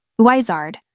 UiZard